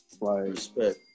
Respect